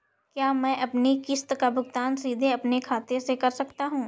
क्या मैं अपनी किश्त का भुगतान सीधे अपने खाते से कर सकता हूँ?